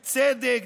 צדק,